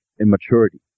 immaturity